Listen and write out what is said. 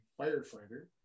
firefighter